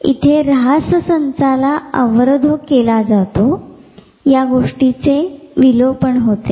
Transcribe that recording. इथे ऱ्हास संचाला अवरोध केला जातो आणि या गोष्टीचे विलोपन होते